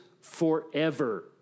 forever